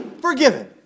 Forgiven